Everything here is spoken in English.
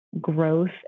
growth